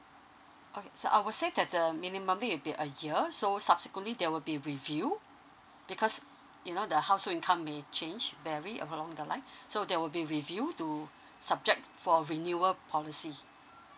okay so I will say that uh minimally it be a year so subsequently there will be review because you know the household income may change vary along the line so that will be review to subject for renewal policy